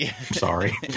Sorry